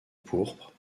pourpre